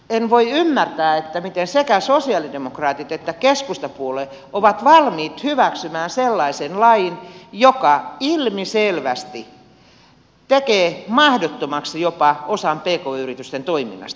en voi ymmärtää miten sekä sosialidemokraatit että keskustapuolue ovat valmiit hyväksymään sellaisen lain joka ilmiselvästi jopa tekee mahdottomaksi osan pk yritysten toiminnasta